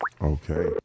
Okay